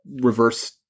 reverse